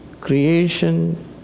creation